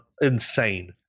insane